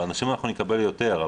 באנשים אנחנו נקבל יותר,